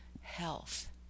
health